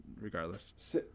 regardless